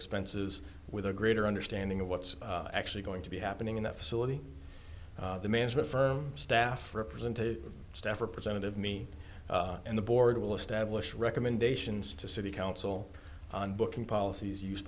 expenses with a greater understanding of what's actually going to be happening in that facility the management firm staff represent a staff or present of me and the board will establish recommendations to city council on booking policies use